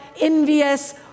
envious